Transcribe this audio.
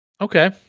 Okay